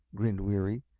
grinned weary.